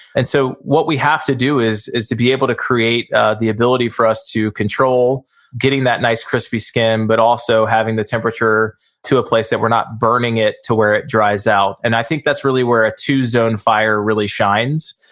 and so, what we have to do is is to be able to create ah the ability for us to control getting that nice crispy skin, but also having the temperature to a place that we're not burning it to where it dries out. and i think that's really where a two-zone fire really shines.